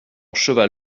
cheval